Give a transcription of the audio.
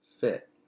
fit